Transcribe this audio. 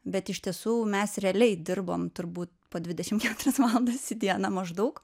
bet iš tiesų mes realiai dirbom turbūt po dvidešim keturias valandas į dieną maždaug